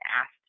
asked